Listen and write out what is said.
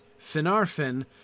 Finarfin